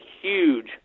huge